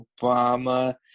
Obama